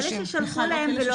שלחתם ולא